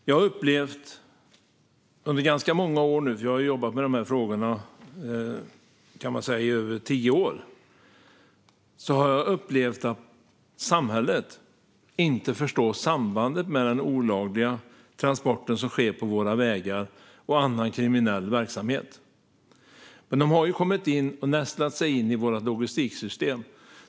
Jag har jobbat med de här frågorna i över tio år och har upplevt att samhället inte förstår sambandet mellan den olagliga transporten som sker på våra vägar och annan kriminell verksamhet. Men de har ju kommit in och nästlat sig in i våra logistiksystem.